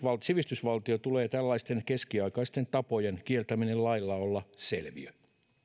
sivistysvaltio tulee tällaisten keskiaikaisten tapojen kieltämisen lailla olla selviö